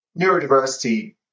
neurodiversity